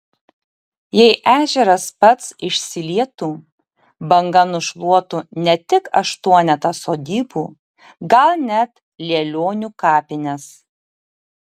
jei ežeras pats išsilietų banga nušluotų ne tik aštuonetą sodybų gal net lielionių kapines